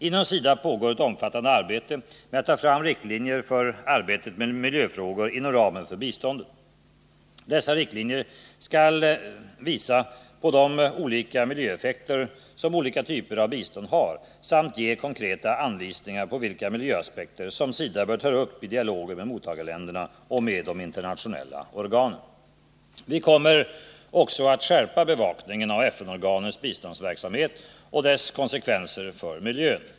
Inom SIDA pågår ett omfattande arbete med att ta fram riktlinjer för arbetet med miljöfrågor inom ramen för biståndet. Dessa riktlinjer skall visa på de olika miljöeffekter som olika typer av bistånd har samt ge konkreta anvisningar på vilka miljöaspekter som SIDA bör ta upp i dialogen med mottagarländerna och med de internationella organen. Vi kommer också att skärpa bevakningen av FN-organens biståndsverksamhet och dess konsekvenser för miljön.